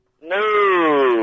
No